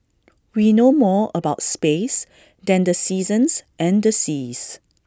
we know more about space than the seasons and seas